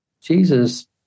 Jesus